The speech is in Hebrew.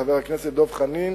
חבר הכנסת דב חנין,